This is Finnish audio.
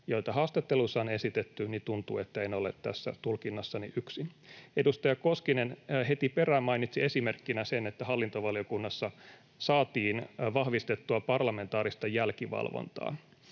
joita haastatteluissa on esitetty, niin tuntuu, että en ole tässä tulkinnassani yksin. Edustaja Koskinen heti perään mainitsi esimerkkinä sen, että hallintovaliokunnassa saatiin vahvistettua parlamentaarista jälkivalvontaa.